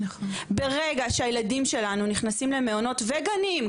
ברגע שהילדים שלנו נכנסים למעונות וגנים,